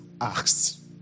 asked